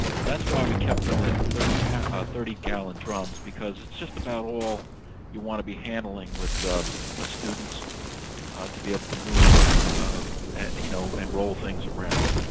and that's why we kept them at thirty ah thirty gallon drums, because it's just about all you want to be handling with the ah students to be able to move um you know and roll things around.